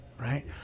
right